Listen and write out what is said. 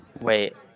Wait